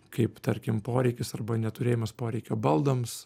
kaip tarkim poreikis arba neturėjimas poreikio baldams